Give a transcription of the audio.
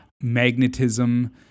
magnetism